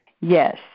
Yes